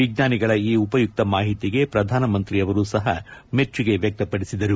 ವಿಜ್ಞಾನಿಗಳ ಈ ಉಪಯುಕ್ತ ಮಾಹಿತಿಗೆ ಪ್ರಧಾನಮಂತ್ರಿಯವರೂ ಸಹ ಮೆಚ್ಚುಗೆ ವ್ಯಕ್ತಪಡಿಸಿದರು